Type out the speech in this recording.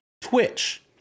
Twitch